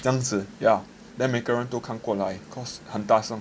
这样子 ya then 每个人都看过来 cause 很大声